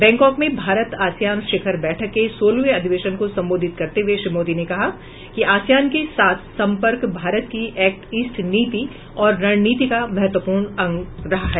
Bangkok में Bharat ASEAN शिखर बैठक के सोलहवें अधिवेशन को संबोधित करते हुए श्री मोदी ने कहा कि आसियान के साथ संपर्क भारत की एक्ट ईस्ट नीति और रणनीति का महत्वपूर्ण अंग रहा है